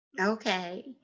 Okay